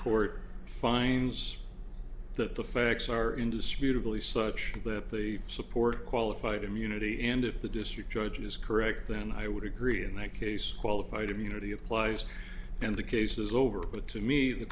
court finds that the facts are indisputable is such that they support qualified immunity and if the district judge is correct then i would agree in that case qualified immunity applies and the case is over but to me the